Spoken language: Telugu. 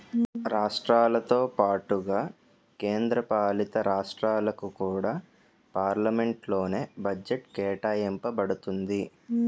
రాష్ట్రాలతో పాటుగా కేంద్ర పాలితరాష్ట్రాలకు కూడా పార్లమెంట్ లోనే బడ్జెట్ కేటాయింప బడుతుంది